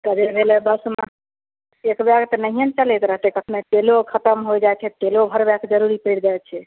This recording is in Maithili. ट्रैने लए बसमे एकबैग तऽ नहिए ने चलैत रहतै कखनो तेलो खत्म होए जाइ छै तेलो भरबैके जरुरी पैड़ि जाइ छै